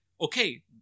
okay